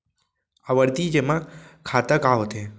आवर्ती जेमा खाता का होथे?